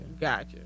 Gotcha